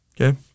Okay